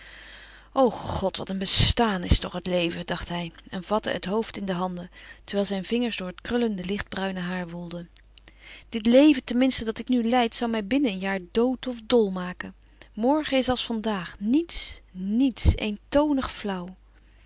o god wat een bestaan is toch het leven dacht hij en vatte het hoofd in de handen terwijl zijn vingers door het krullende lichtbruine haar woelden dit leven tenminste dat ik nu leid zou mij binnen een jaar dood of dol maken morgen is als vandaag niets niets eentonig flauw